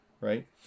right